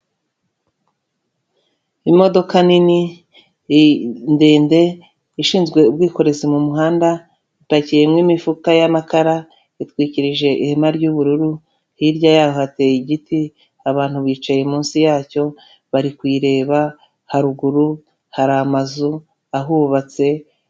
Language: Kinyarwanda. Imodoka nini ndende ishinzwe ubwikorezi mu muhanda ipakiyerimo imifuka y'amakara itwikirije ihema ry'ubururu hirya yaho hateye igiti abantu bicaye munsi yacyo bari kuyireba, haruguru hari amazu ahubatse.